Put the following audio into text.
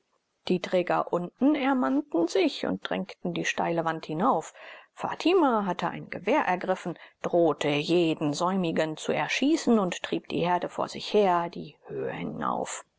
die träger unten ermannten sich und drängten die steile wand hinauf fatima hatte ein gewehr ergriffen drohte jeden säumigen zu erschießen und trieb die herde vor sich her die höhe hinauf